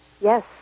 Yes